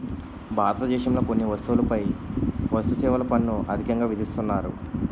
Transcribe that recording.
భారతదేశంలో కొన్ని వస్తువులపై వస్తుసేవల పన్ను అధికంగా విధిస్తున్నారు